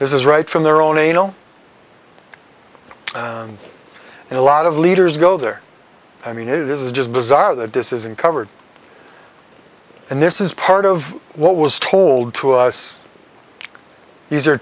this is right from their own anal and a lot of leaders go there i mean it is just bizarre that this isn't covered and this is part of what was told to us the